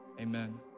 amen